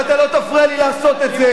ואתה לא תפריע לי לעשות את זה.